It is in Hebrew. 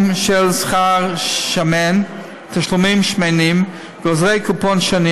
של שכר שמן ותשלומים שמנים לגוזרי קופון שונים